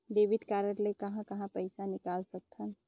Debit card ले कहां कहां पइसा निकाल सकथन?